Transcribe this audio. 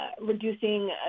reducing